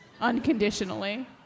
unconditionally